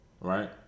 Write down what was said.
right